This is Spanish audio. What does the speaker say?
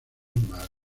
más